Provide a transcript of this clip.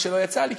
מה שלא יצא לי,